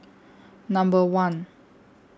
Number one